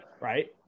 right